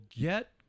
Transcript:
get